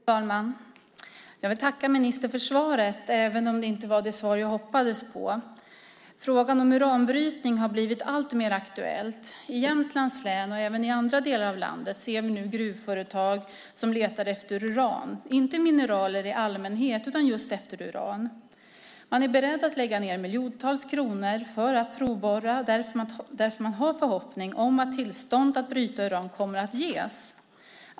Fru talman! Jag tackar ministern för svaret, även om det inte var det svar jag hoppades på. Frågan om uranbrytning har blivit alltmer aktuell. I Jämtlands län och även i andra delar av landet ser vi nu gruvföretag som letar efter uran - inte efter mineraler i allmänhet, utan just efter uran. De är beredda att lägga ned miljontals kronor för att provborra därför att de har förhoppningar om att tillstånd att bryta uran kommer att ges.